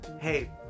hey